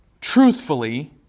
truthfully